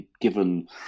given